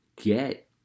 get